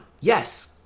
Yes